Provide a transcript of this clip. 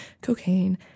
cocaine